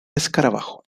escarabajo